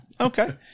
Okay